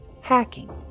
hacking